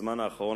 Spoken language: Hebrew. בזמן האחרון